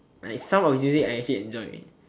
like some actually I did enjoy